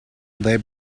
they